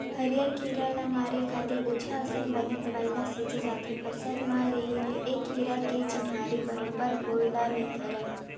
हरियर कीरा ल मारे खातिर उचहाँ असन बने दवई ल छींचे जाथे फसल म रहें ले ए कीरा के चिन्हारी बरोबर होय ल नइ धरय